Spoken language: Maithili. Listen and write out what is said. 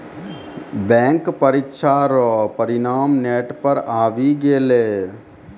बैंक परीक्षा रो परिणाम नेट पर आवी गेलै